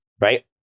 right